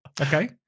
Okay